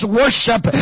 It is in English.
worship